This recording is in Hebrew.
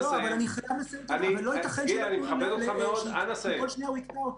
אבל לא ייתכן שכל שנייה הוא יקטע אותי.